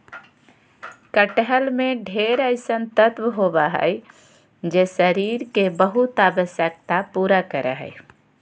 कटहल में ढेर अइसन तत्व होबा हइ जे शरीर के बहुत आवश्यकता पूरा करा हइ